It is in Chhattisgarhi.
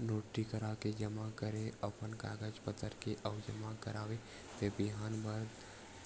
नोटरी कराके जमा करेंव अपन कागज पतर के अउ जमा कराएव त बिहान भर